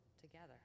together